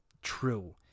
True